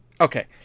Okay